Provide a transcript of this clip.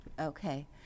Okay